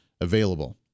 available